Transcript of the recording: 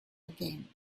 again